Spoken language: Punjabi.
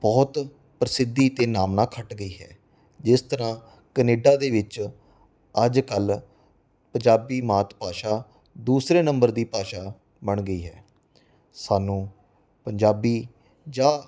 ਬਹੁਤ ਪ੍ਰਸਿੱਧੀ ਅਤੇ ਨਾਮਨਾ ਖੱਟ ਗਈ ਹੈ ਜਿਸ ਤਰ੍ਹਾਂ ਕਨੇਡਾ ਦੇ ਵਿੱਚ ਅੱਜ ਕੱਲ੍ਹ ਪੰਜਾਬੀ ਮਾਤ ਭਾਸ਼ਾ ਦੂਸਰੇ ਨੰਬਰ ਦੀ ਭਾਸ਼ਾ ਬਣ ਗਈ ਹੈ ਸਾਨੂੰ ਪੰਜਾਬੀ ਜਾਂ